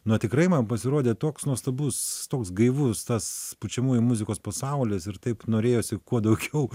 na tikrai man pasirodė toks nuostabus toks gaivus tas pučiamųjų muzikos pasaulis ir taip norėjosi kuo daugiau